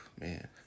man